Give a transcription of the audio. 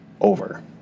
over